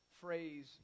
phrase